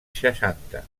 seixanta